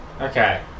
Okay